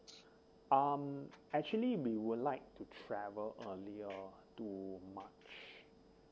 um actually me would like to travel early to march